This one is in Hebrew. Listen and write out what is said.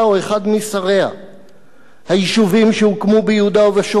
"היישובים שהוקמו ביהודה ושומרון והוגדרו,